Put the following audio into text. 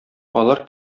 алар